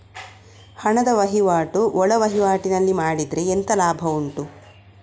ಹಣದ ವಹಿವಾಟು ಒಳವಹಿವಾಟಿನಲ್ಲಿ ಮಾಡಿದ್ರೆ ಎಂತ ಲಾಭ ಉಂಟು?